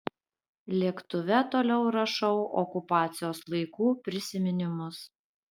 lėktuve toliau rašau okupacijos laikų prisiminimus